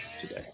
today